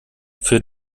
für